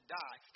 die